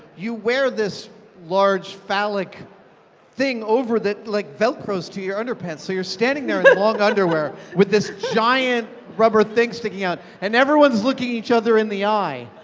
you wear this large phallic thing over that like velcros to your underpants. so you're standing there in long underwear with this giant rubber thing sticking out, and everyone's looking each other in the eye.